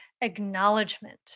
acknowledgement